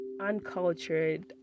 uncultured